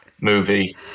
movie